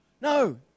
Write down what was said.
No